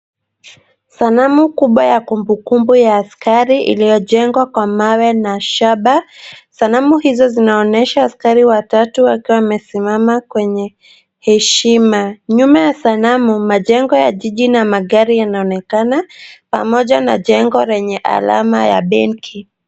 Sanamu kubwa ya kumbukumbu ya askari iliyojengwa kwa mawe na shaba. Sanamu hizo zinaonyesha askari watatu wakiwa wamesimama kwenye heshima. Nyuma ya sanamu majengo ya jiji na magari yanaonekana pamoja na jengo lenye alama ya benki.